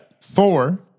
four